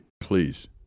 please